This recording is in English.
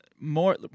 More